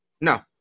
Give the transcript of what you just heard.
No